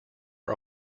are